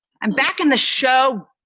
i'm back in the show,